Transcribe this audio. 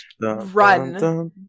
run